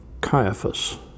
Caiaphas